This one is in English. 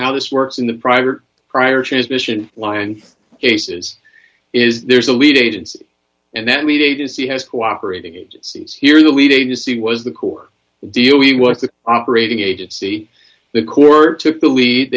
how this works in the private prior transmission line cases is there's a lead agency and that mean agency has cooperating agencies here the lead agency was the corps deal we what the operating agency the court took the lead